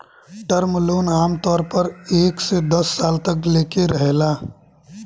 term loan आमतौर पर एक से दस साल तक लेके रहेला